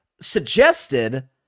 suggested